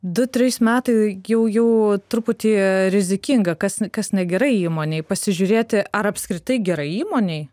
du trys metai jau jau truputį rizikinga kas kas negerai įmonei pasižiūrėti ar apskritai gerai įmonei